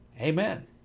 Amen